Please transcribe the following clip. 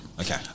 Okay